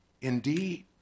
Indeed